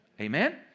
Amen